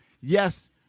Yes